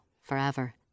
forever